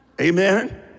Amen